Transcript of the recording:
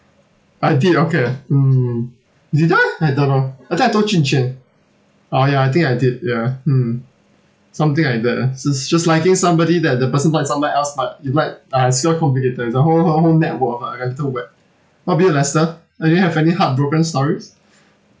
I did okay mm did I I don't know I thought I told jun quan oh ya I think I did ya mm something like that lah just just liking somebody that the person like someone else but it like uh it's a bit complicated it's a whole whole whole network of like a little web what about you lester uh do you have any heartbroken stories